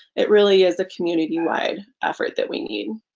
it really is a community-wide effort that we need.